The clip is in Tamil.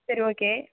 சரி ஓகே